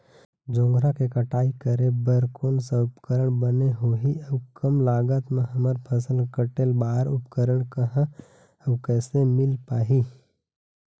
जोंधरा के कटाई करें बर कोन सा उपकरण बने होही अऊ कम लागत मा हमर फसल कटेल बार उपकरण कहा अउ कैसे मील पाही?